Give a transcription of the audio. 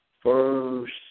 first